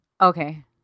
Okay